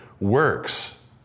works